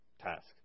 task